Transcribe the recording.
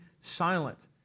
silent